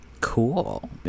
Cool